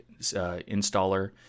installer